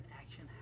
action